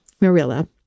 Marilla